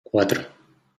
cuatro